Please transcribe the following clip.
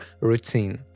routine